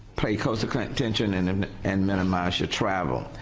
pay close attention and and and minimize your travel.